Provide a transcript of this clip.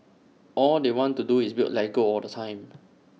all they want to do is build Lego all the time